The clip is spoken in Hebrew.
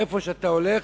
איפה שאתה הולך,